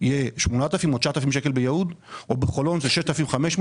יהיה 8,000 או 9,000 שקלים ביהוד או בחולון זה 6,500,